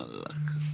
וואלק.